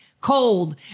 cold